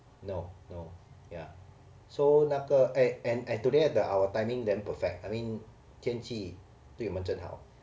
no no ya so 那个 eh and today the our timing damn perfect I mean 天气对我们真好